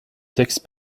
texte